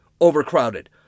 overcrowded